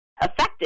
effective